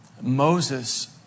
Moses